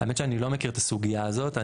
האמת היא שאני לא מכיר את הסוגייה הזאת.